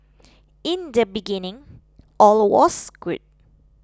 in the beginning all was good